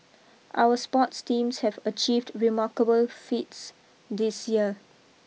our sports teams have achieved remarkable feats this year